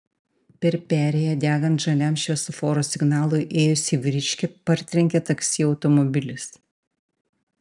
per perėją degant žaliam šviesoforo signalui ėjusį vyriškį partrenkė taksi automobilis